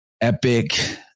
epic